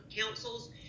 councils